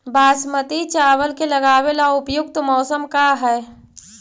बासमती चावल के लगावे ला उपयुक्त मौसम का है?